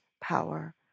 power